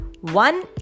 one